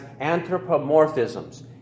anthropomorphisms